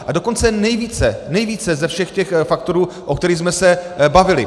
A dokonce nejvíce, nejvíce ze všech těch faktorů, o kterých jsme se bavili.